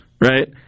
right